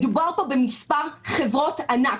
מדובר פה במספר חברות ענק.